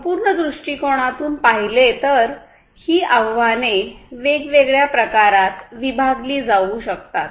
संपूर्ण दृष्टीकोनातून पाहिले तर ही आव्हाने वेगवेगळ्या प्रकारात विभागली जाऊ शकतात